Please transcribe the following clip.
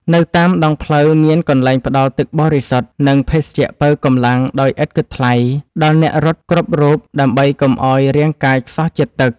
នៅតាមដងផ្លូវមានកន្លែងផ្ដល់ទឹកបរិសុទ្ធ និងភេសជ្ជៈប៉ូវកម្លាំងដោយឥតគិតថ្លៃ ដល់អ្នករត់គ្រប់រូបដើម្បីកុំឱ្យរាងកាយខ្សោះជាតិទឹក។